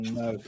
no